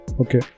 Okay